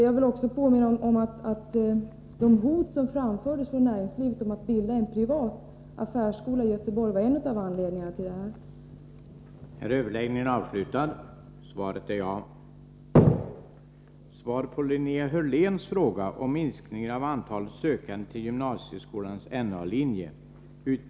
Jag vill också påminna om att de hot som framfördes från näringslivet om att bilda en privat affärsskola i Göteborg var en av anledningarna till den här utvecklingen.